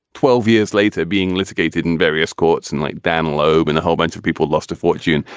twelve years later, being litigated in various courts. and like dan loeb and a whole bunch of people lost a fortune.